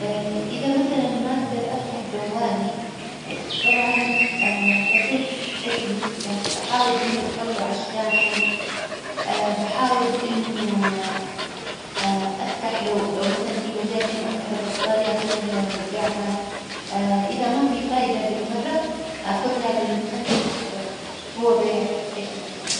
إذا مثلا ما أجدر أفتح جوالي، طبعا بشوف إيش المشكلة? بحاول إنه أحطه عالشاحن بحاول إنه أفتح لو- لو مثلا في مجال إنه أفتح البطارية أخرجها وأرجعها إذا ما في فايدة بالمرة أخذها للمهندس أفضل وهو بيعرف إيش المشكلة.